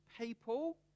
people